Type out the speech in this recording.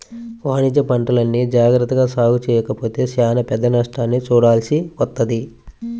వాణిజ్యపంటల్ని జాగర్తగా సాగు చెయ్యకపోతే చానా పెద్ద నష్టాన్ని చూడాల్సి వత్తది